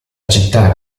città